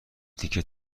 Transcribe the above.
تیکه